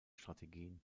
strategien